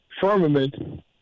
firmament